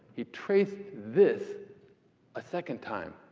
he traced this a second time.